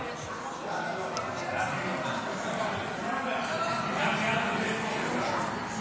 להעביר את הצעת חוק ההתגוננות האזרחית (תיקון,